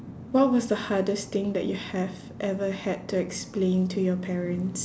what was the hardest thing that you have ever had to explain to your parents